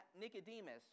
Nicodemus